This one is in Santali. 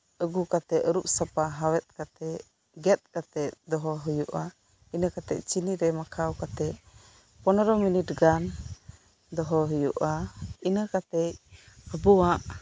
ᱟᱜᱩ ᱠᱟᱛᱮᱜ ᱟᱨᱩᱵ ᱥᱟᱯᱟ ᱦᱟᱣᱮᱫ ᱠᱟᱛᱮᱫ ᱜᱮᱫ ᱠᱟᱛᱮᱫ ᱫᱚᱦᱚ ᱦᱩᱭᱩᱜᱼᱟ ᱤᱱᱟᱹ ᱠᱟᱛᱮᱜ ᱪᱤᱱᱤ ᱨᱮ ᱢᱟᱠᱷᱟᱣ ᱠᱟᱛᱮᱜ ᱯᱚᱱᱨᱚ ᱢᱤᱱᱤᱴ ᱜᱟᱱ ᱫᱚᱦᱚ ᱦᱩᱭᱩᱜᱼᱟ ᱤᱱᱟᱹ ᱠᱟᱛᱮᱜ ᱟᱵᱚᱣᱟᱜ